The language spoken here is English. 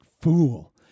fool